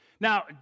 Now